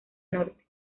norte